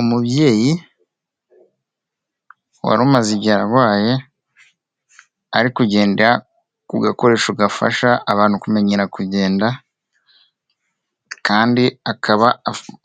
Umubyeyi wari umaze igihe arwaye arikugenda ku gakoresho gafasha abantu kumenyera kugenda kandi akaba